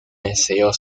deseo